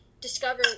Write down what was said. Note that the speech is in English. discover